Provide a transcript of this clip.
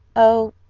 oh,